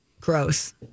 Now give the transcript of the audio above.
gross